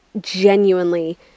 genuinely